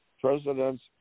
president's